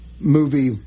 movie